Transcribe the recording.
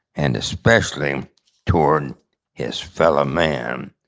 and especially toward his fellow man.